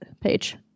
page